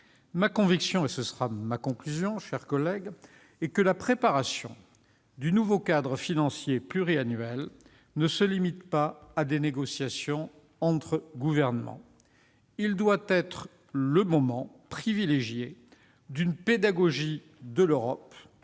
des contradictions ! Ma conviction est que la préparation du nouveau cadre financier pluriannuel ne se limite pas à des négociations entre gouvernements. Elle doit être le moment privilégié d'une pédagogie de l'Europe,